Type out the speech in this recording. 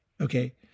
okay